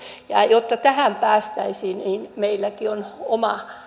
jotta tähän päästäisiin meilläkin on oman